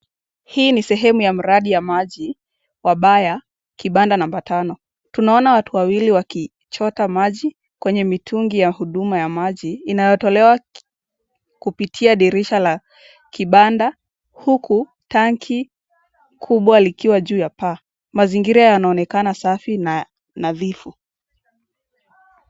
Hii ni sehemu ya mradi ya maji wa baya kibanda namba tano tunaona watu wawili wakichota maji kwenye mitungi ya huduma ya maji inayotolewa kupitia dirisha la kibanda huku tanki kubwa likiwa juu ya paa mazingira yanaonekana safi na nadhifu.